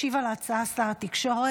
ישיב על ההצעה שר התקשורת,